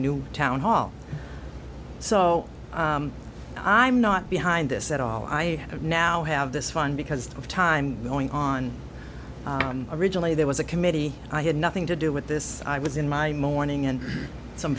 new town hall so i'm not behind this at all i now have this fund because of time going on originally there was a committee i had nothing to do with this i was in my mourning and some